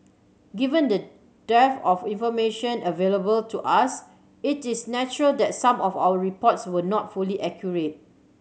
given the dearth of information available to us it is natural that some of our reports were not fully accurate